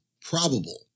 probable